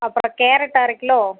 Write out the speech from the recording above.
அப்புறம் கேரட் அரை கிலோ